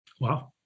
Wow